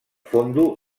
fondo